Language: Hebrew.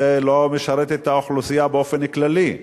זה לא משרת את האוכלוסייה באופן כללי.